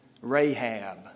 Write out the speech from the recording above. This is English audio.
Rahab